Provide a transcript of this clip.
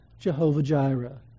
Jehovah-Jireh